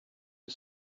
who